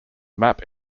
map